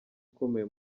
ukomeye